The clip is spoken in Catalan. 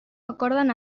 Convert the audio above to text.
acorden